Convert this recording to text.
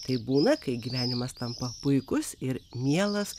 taip būna kai gyvenimas tampa puikus ir mielas